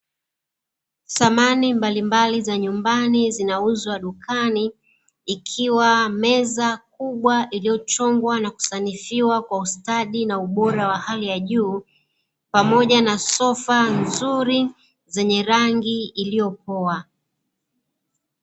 Samani mbalimbali za nyumbani zinauzwa dukani ikiwa meza kubwa iliyochongwa na kusanifiwa kwa ustadi na ubora wa hali ya juu, pamoja na sofa nzuri zenye rangi iliyopoa.